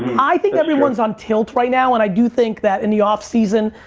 i think everyone's on tilt right now and i do think that, in the off season,